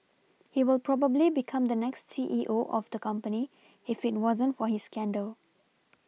he will probably become the next C E O of the company if it wasn't for his scandal